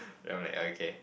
then I was like okay